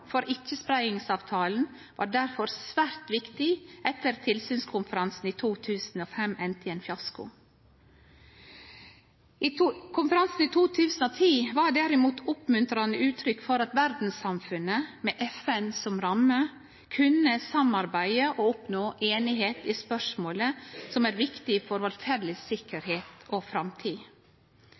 for Ikkjespreiingsavtalen var difor svært viktig etter at tilsynskonferansen i 2005 enda i ein fiasko. Konferansen i 2010 var derimot eit oppmuntrande uttrykk for at verdssamfunnet, med FN som ramme, kunne samarbeide og oppnå einigheit i spørsmål som er viktige for vår felles sikkerheit og framtid.